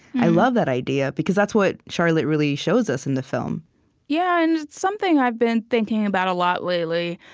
i love that idea because that's what charlotte really shows us in the film yeah, and it's something i've been thinking about a lot, lately,